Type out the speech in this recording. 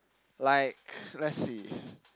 like let's see